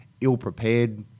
ill-prepared